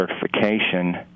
certification